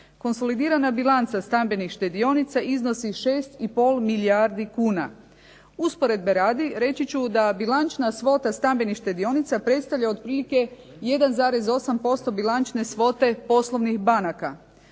Konsolidirana bilanca stambenih štedionica iznosi 6,5 milijardi kuna. Usporedbe radi reći ću da bilančna svota stambenih štedionica predstavlja otprilike 1,8% bilančne svote poslovnih banaka.